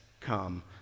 come